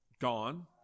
gone